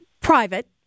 private